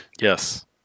Yes